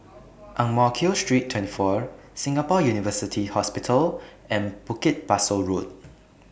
Ang Mo Kio Street twenty four National University Hospital and Bukit Pasoh Road